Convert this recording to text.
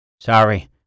Sorry